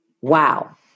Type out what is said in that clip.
wow